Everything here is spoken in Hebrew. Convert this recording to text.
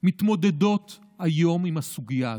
מתמודדות היום עם הסוגיה הזאת.